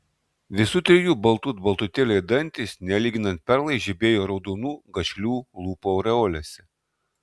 visų trijų baltut baltutėliai dantys nelyginant perlai žibėjo raudonų gašlių lūpų aureolėse